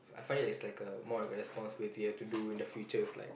I find it's like a more like a responsibility you have to do in the future